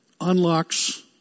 unlocks